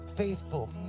Faithful